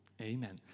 Amen